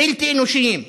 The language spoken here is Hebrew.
בלתי אנושיים.